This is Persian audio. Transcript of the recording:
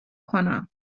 کنم